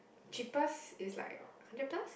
cheapest is like hundred plus